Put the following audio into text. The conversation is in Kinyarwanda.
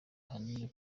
ahanini